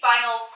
final